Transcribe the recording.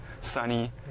sunny